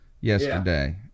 yesterday